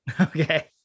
Okay